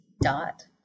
dot